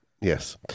Yes